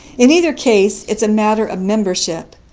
in either case, it's a matter of membership,